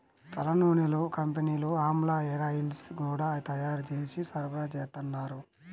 తలనూనెల కంపెనీలు ఆమ్లా హేరాయిల్స్ గూడా తయ్యారు జేసి సరఫరాచేత్తన్నారు